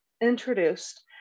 introduced